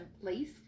place